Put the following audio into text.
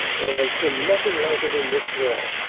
there has been nothing like it in this war.